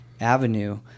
avenue